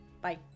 Bye